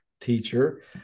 teacher